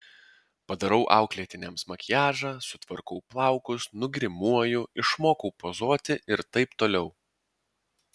padarau auklėtiniams makiažą sutvarkau plaukus nugrimuoju išmokau pozuoti ir taip toliau